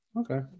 Okay